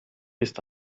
ist